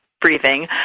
breathing